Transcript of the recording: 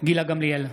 גילה גמליאל,